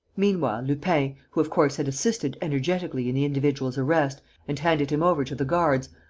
meanwhile, lupin, who of course had assisted energetically in the individual's arrest and handed him over to the guards,